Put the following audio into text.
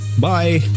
bye